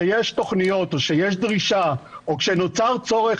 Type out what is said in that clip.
שכשיש תוכניות או כשיש דרישה או כשנוצר צורך